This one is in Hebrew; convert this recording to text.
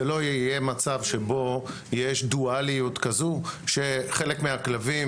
זה לא יהיה מצב שבו יש דואליות כזו שחלק מהכלבים